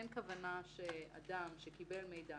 אין כוונה שאדם שקיבל מידע